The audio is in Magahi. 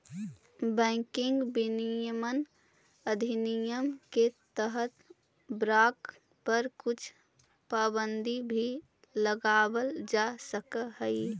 बैंकिंग विनियमन अधिनियम के तहत बाँक पर कुछ पाबंदी भी लगावल जा सकऽ हइ